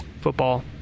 Football